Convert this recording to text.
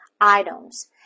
items